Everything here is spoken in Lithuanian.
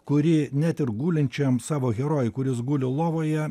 kuri net ir gulinčiam savo herojui kuris guli lovoje